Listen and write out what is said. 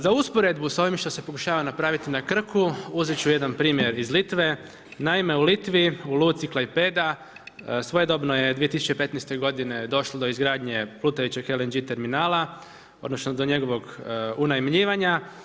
Za usporedbu sa ovim što se pokušava napraviti na Krku, uzeti ću jedan primjer iz Litve, naime u Litvi, u luci Klaipeda, svojedobno je 2015. g. došlo do izgradnje plutajućeg LNG terminala odnosno, do njegovog unajmljivanja.